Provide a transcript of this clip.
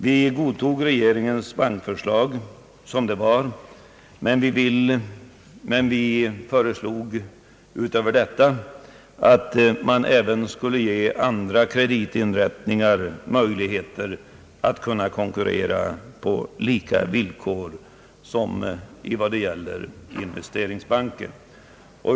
Vi godtog alltså regeringens bankförslag som det var, men utöver detta krävde vi, att man även skulle ge andra kreditinrättningar möjligheter att kunna konkurrera på samma villkor som investeringsbanken.